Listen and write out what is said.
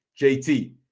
jt